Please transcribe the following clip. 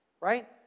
right